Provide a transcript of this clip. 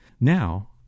Now